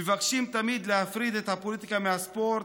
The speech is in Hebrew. מבקשים תמיד להפריד הפוליטיקה מהספורט,